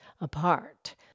apart